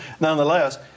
Nonetheless